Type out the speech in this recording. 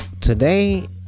today